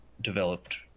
developed